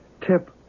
Tip